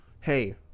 Hey